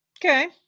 Okay